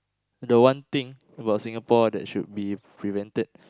the one thing about Singapore that should be prevented